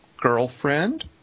girlfriend